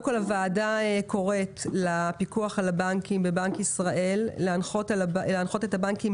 הוועדה קוראת לפיקוח על הבנקים בבנק ישראל להנחות את הבנקים